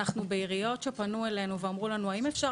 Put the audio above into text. בעיריות שפנו אלינו ואמרו לנו: האם אפשר